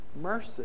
Mercy